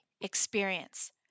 experience